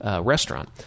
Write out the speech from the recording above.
restaurant